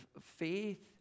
faith